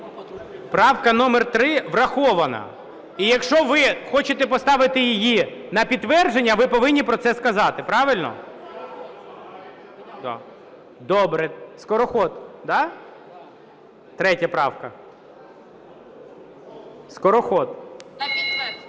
Правка номер 3 врахована. І якщо ви хочете поставити її на підтвердження, ви повинні про це сказати. Правильно? Добре. Скороход. Да? 3 правка, Скороход.